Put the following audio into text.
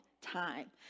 time